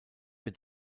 wird